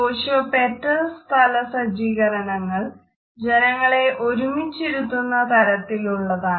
sociopetal സ്ഥലസജ്ജീകരണങ്ങൾ ജനങ്ങളെ ഒരുമിച്ചിരുത്തുന്ന തരത്തിലുള്ളതാണ്